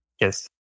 Yes